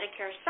Medicare